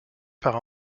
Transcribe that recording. par